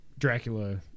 Dracula